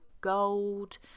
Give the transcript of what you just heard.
gold